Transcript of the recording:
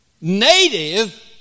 native